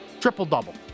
Triple-double